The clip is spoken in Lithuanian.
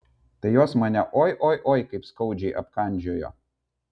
tai jos mane oi oi oi kaip skaudžiai apkandžiojo